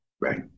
right